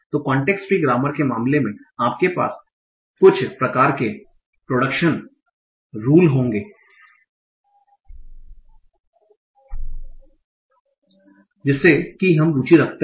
तो context free grammar के मामले में आपके पास कुछ प्रकार के प्रोडक्शन रूल्स होंगे जिसमे कि हम रुचि रखते हैं